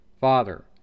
Father